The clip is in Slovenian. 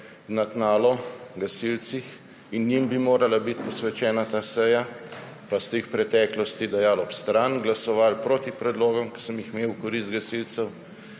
na tnalo, gasilcih, in njim bi morala biti posvečena ta seja, pa ste jih v preteklosti dajali ob stran, glasovali proti predlogom, ki sem jih imel v korist gasilcev,